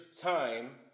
time